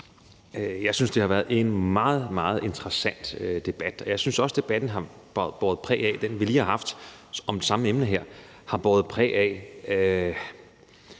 Jeg synes, det har været en meget, meget interessant debat. Jeg synes også, at den debat, vi lige haft om samme emne her, har båret præg af